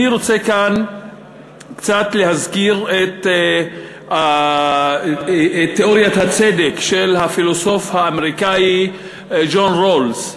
אני רוצה להזכיר כאן את תיאוריית הצדק של הפילוסוף האמריקני ג'ון רולס,